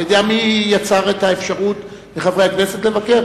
אתה יודע מי יצר את האפשרות לחברי הכנסת לבקר?